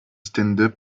stand